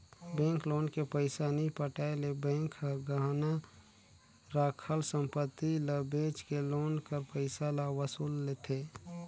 bank loan के पइसा नी पटाए ले बेंक हर गहना राखल संपत्ति ल बेंच के लोन कर पइसा ल वसूल लेथे